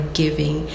giving